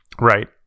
Right